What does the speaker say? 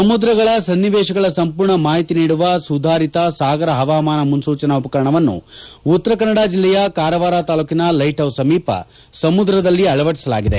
ಸಮುದ್ರಗಳ ಸನ್ನಿವೇಶಗಳ ಸಂಪೂರ್ಣ ಮಾಹಿತಿ ನೀಡುವ ಸುಧಾರಿತ ಸಾಗರ ಹವಾಮಾನ ಮುನ್ನೂಚನಾ ಉಪಕರಣವನ್ನು ಉತ್ತರ ಕನ್ನಡ ಜಿಲ್ಲೆಯ ಕಾರವಾರ ತಾಲೂಕಿನ ಲೈಟ್ ಹೌಸ್ ಸಮೀಪ ಸಮುದ್ರದಲ್ಲಿ ಅಳವಡಿಸಲಾಗಿದೆ